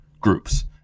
groups